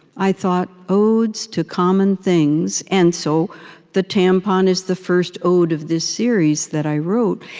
i thought, odes to common things. and so the tampon is the first ode of this series that i wrote.